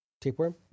tapeworm